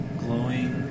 glowing